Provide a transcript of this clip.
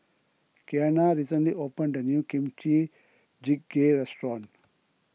Keanna recently opened a new Kimchi Jjigae restaurant